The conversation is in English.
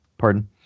pardon